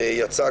שיצא,